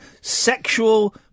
sexual